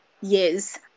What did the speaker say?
Yes